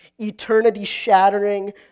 eternity-shattering